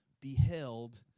beheld